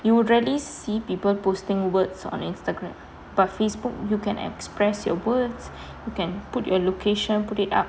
you would rarely see people posting words on instagram but facebook you can express your words you can put your location put it up